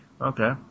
okay